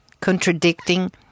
contradicting